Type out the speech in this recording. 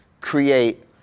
create